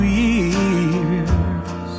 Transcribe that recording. years